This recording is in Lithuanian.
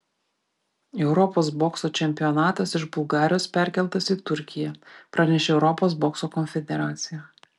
europos bokso čempionatas iš bulgarijos perkeltas į turkiją pranešė europos bokso konfederacija